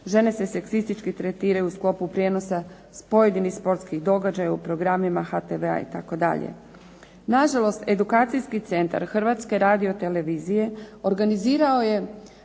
žene se seksistički tretiraju u sklopu prijenosa s pojedinih sportskih događaja u programima HTV-a itd. Na žalost edukacijski centar Hrvatske radiotelevizije organizirao je